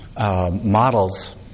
Models